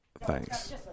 Thanks